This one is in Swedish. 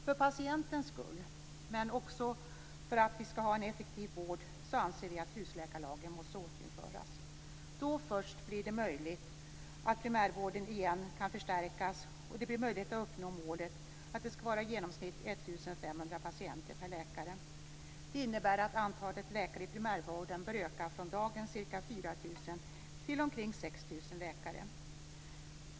För patientens skull, men även för att vi skall ha en effektiv vård, anser vi att husläkarlagen måste återinföras. Då först blir det möjligt att återigen förstärka primärvården, och det blir möjligt att uppnå målet att det i genomsnitt skall vara 1 500 patienter per läkare. Det innebär att antalet läkare i primärvården bör öka från dagens ca 4 000 till ca 6 000 läkare.